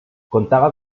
contaba